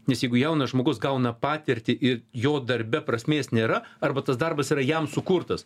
nes jeigu jaunas žmogus gauna patirtį ir jo darbe prasmės nėra arba tas darbas yra jam sukurtas